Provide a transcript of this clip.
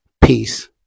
peace